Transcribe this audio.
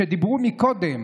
שדיברו מקודם